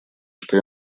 что